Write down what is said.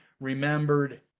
remembered